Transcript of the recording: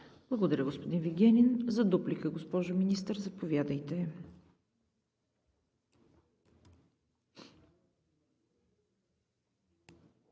Благодаря, господин Вигенин. За дуплика – госпожо Министър, заповядайте.